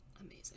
amazing